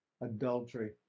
adultery